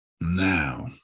Now